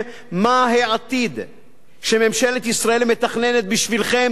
מה העתיד שממשלת ישראל מתכננת בשבילכם,